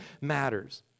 matters